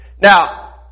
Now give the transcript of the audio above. Now